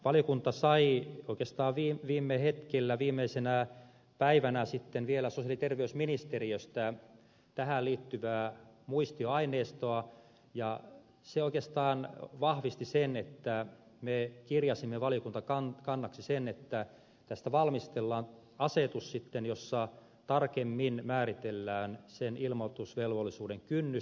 valiokunta sai oikeastaan viime hetkillä viimeisenä päivänä sitten vielä sosiaali ja terveysministeriöstä tähän liittyvää muistioaineistoa ja se oikeastaan vahvisti sen että me kirjasimme valiokuntakannaksi sen että tästä valmistellaan asetus sitten jossa tarkemmin määritellään sen ilmoitusvelvollisuuden kynnys